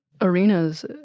arenas